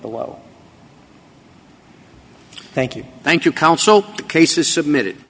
below thank you thank you counsel cases submitted